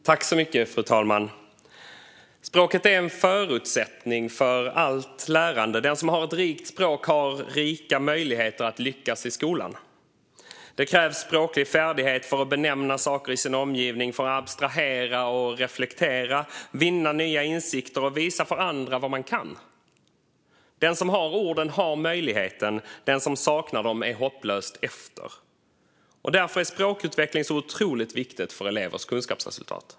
Fru talman! Språket är en förutsättning för allt lärande. Den som har ett rikt språk har rika möjligheter att lyckas i skolan. Det krävs språklig färdighet för att benämna saker i sin omgivning, abstrahera och reflektera, vinna nya insikter och visa för andra vad man kan. Den som har orden har möjligheten. Den som saknar dem är hopplöst efter. Därför är språkutveckling otroligt viktigt för elevers kunskapsresultat.